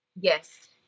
Yes